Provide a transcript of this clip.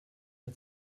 der